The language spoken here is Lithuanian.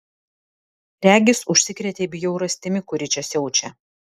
regis užsikrėtei bjaurastimi kuri čia siaučia